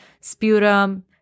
sputum